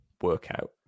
workout